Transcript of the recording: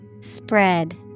spread